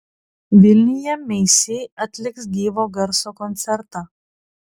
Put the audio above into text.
vilniuje meisi atliks gyvo garso koncertą